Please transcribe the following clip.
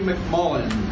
McMullen